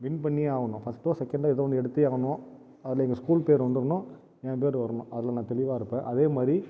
win பண்ணியே ஆகணும் ஃபர்ஸ்டோ செகண்டோ ஏதோ ஒன்று எடுத்தே ஆகணும் அதில் எங்கள் ஸ்கூல் பெயர் வந்துருனும் பெயர் வரணும் அதில் நான் தெளிவாக இருப்ப அதே மாதிரி